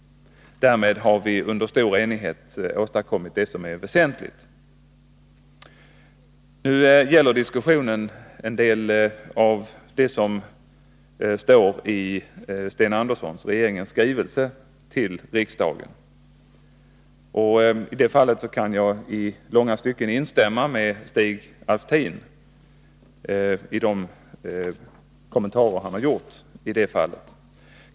Därmed har vi under stor enighet åstadkommit det som är väsentligt. Nu gäller diskussionen en del av det som står i regeringens och Sten Anderssons skrivelse till riksdagen. I det fallet kan jag i långa stycken instämma med Stig Alftin i de kommentarer han har gjort.